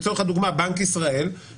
לצורך הדוגמה בנק ישראל,